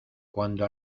cuando